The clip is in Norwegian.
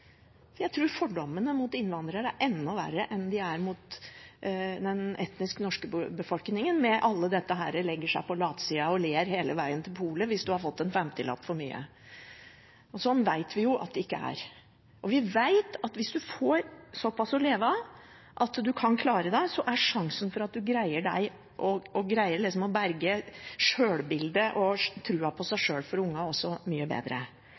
For jeg tror fordommene mot innvandrere er enda verre enn de er mot den etnisk norske befolkningen – med at en legger seg på latsida og ler hele veien til polet hvis en har fått en femtilapp for mye. Sånn vet vi jo at det ikke er. Vi vet at hvis man får så pass å leve av at man kan klare seg, er sjansen for at man greier seg og klarer å berge sjølbildet og troen på seg sjøl, mye bedre